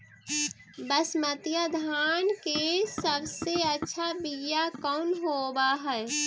बसमतिया धान के सबसे अच्छा बीया कौन हौब हैं?